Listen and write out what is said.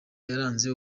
yaranze